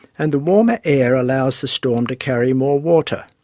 and the warmer air allows the storm to carry more water.